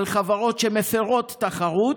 לחברות שמפרות תחרות.